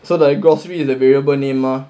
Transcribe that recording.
so the grocery is a variable name mah